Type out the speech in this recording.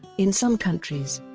in some countries,